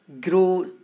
grow